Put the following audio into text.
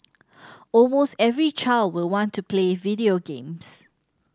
almost every child will want to play video games